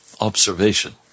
observation